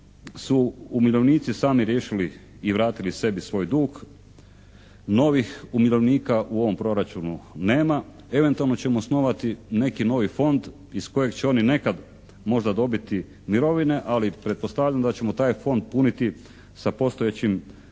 su umirovljenici sami riješili i vratili sebi svoj dug. Novih umirovljenika u ovom proračunu nema, eventualno ćemo osnovati neki novi fond iz kojeg će oni nekad možda dobiti mirovine, ali pretpostavljam da ćemo taj fond puniti sa postojećim